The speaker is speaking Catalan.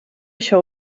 això